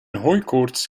hooikoorts